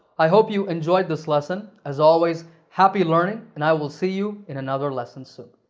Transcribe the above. i hope you enjoyed this lesson. as always, happy learning, and i will see you in another lesson soon.